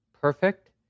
perfect